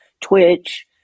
Twitch